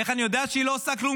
ואיך אני יודע שהיא לא עושה כלום?